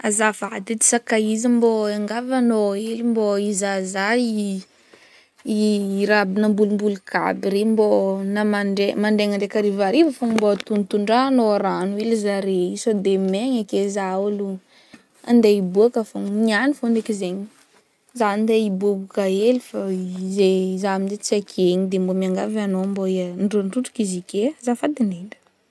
Azafady, edy sakaiza, mbô hiangavy agnao hely mbô hizahazaha raha nambolimboliky aby regny mbô na mandraigna- mandraigna ndraiky harivariva fogna mbô tondrintondrahanao rano hely zare i, sao de megny ake, za i ôlo ande hiboaka fogna, niagny fogna ndraiky zegny, za ande hiboaboaka hely fô zay fa za amzay i tsy ake igny, de mbô miangavy agnao mba handrondrindroniky izy ake, azafady ndrindra.